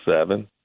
seven